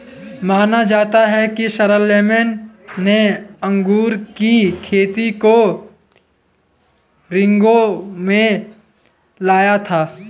माना जाता है कि शारलेमेन ने अंगूर की खेती को रिंगौ में लाया था